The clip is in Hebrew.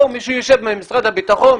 כאן מישהו יושב ממשרד הביטחון,